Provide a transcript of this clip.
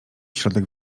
środek